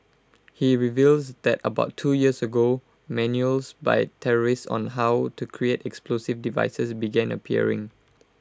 he reveals that about two years ago manuals by terrorists on how to create explosive devices began appearing